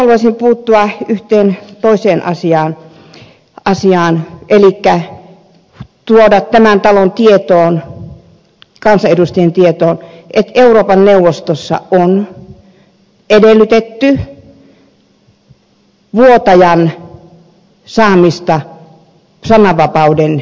sitten haluaisin puuttua yhteen toiseen asiaan elikkä tuoda tämän talon tietoon kansanedustajien tietoon että euroopan neuvostossa on edellytetty vuotajan saamista sananvapauden piiriin